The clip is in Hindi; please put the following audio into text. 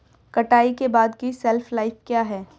कटाई के बाद की शेल्फ लाइफ क्या है?